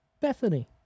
Bethany